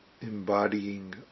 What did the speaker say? embodying